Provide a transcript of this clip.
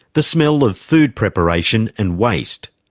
the smell of food preparation and waste.